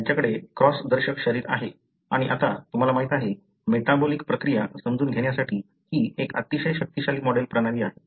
त्यांच्याकडे क्रॉसदर्शक शरीर आहे आणि आता तुम्हाला माहिती आहे मेटाबोलिक प्रक्रिया समजून घेण्यासाठी ही एक अतिशय शक्तिशाली मॉडेल प्रणाली आहे